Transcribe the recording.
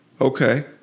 Okay